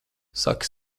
saki